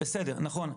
בסדר, נכון.